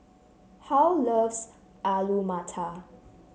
Harl loves Alu Matar